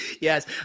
Yes